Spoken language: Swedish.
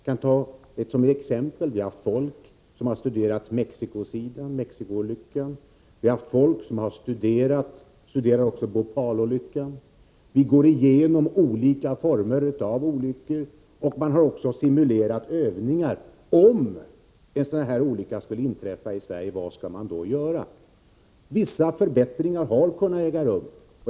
Jag kan som exempel nämna att vi har haft folk som har studerat Mexicoolyckan och folk som har studerat Bhopalolyckan. Vi går igenom olika former av olyckor. Man har också haft övningar och simulerat olyckor för att utröna vad man skall göra, om en sådan olycka skulle inträffa i Sverige. Vissa förbättringar har kunnat genomföras.